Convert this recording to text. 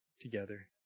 together